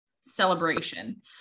celebration